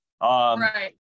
Right